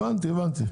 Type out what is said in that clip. הבנתי, הבנתי.